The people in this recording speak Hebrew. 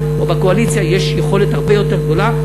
בממשלה, או בקואליציה, יש יכולת הרבה יותר גדולה.